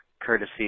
courtesy